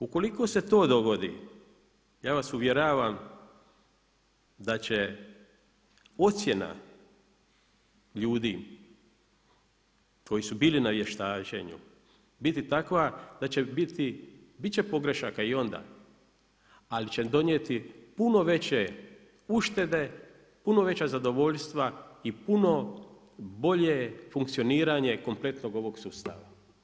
Ukoliko se to dogodi, ja vas uvjeravam, da će ocjena ljudi koji su bili na vještačenju, biti takva da će biti pogrešaka i onda, ali će donijeti puno veše uštede, puno veća zadovoljstva i puno bolje funkcioniranje kompletnog ovog sustava.